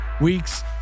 weeks